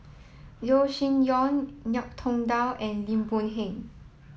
Yeo Shih Yun Ngiam Tong Dow and Lim Boon Heng